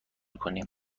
کنیم